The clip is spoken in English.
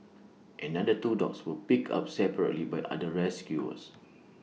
another two dogs were picked up separately by other rescuers